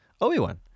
obi-wan